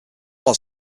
was